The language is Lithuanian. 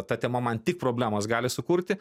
ta tema man tik problemas gali sukurti